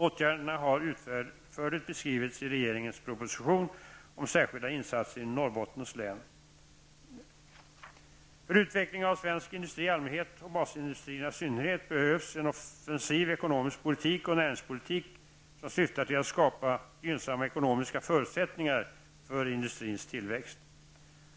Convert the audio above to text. Åtgärderna har utförligt beskrivits i regeringens proposition För utvecklingen av svensk industri i allmänhet och basindustrierna i synnerhet behövs en offensiv ekonomisk politik och näringspolitik som syftar till att skapa gynnsamma ekonomiska förutsättningar för industrins tillväxt.